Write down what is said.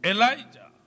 Elijah